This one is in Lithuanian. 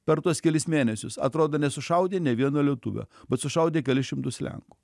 per tuos kelis mėnesius atrodo nesušaudė nė vieno lietuvio bet sušaudė kelis šimtus lenkų